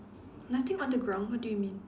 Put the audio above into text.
nothing on the ground what do you mean